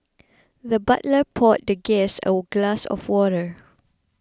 the butler poured the guest a glass of water